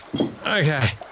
Okay